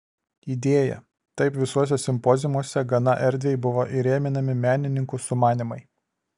idėja taip visuose simpoziumuose gana erdviai buvo įrėminami menininkų sumanymai